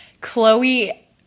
Chloe